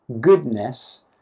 goodness